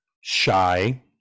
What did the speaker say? shy